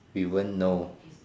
we won't know